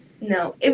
No